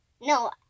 No